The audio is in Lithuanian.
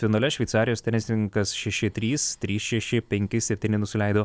finale šveicarijos tenisininkas šeši trys trys šeši penki septyni nusileido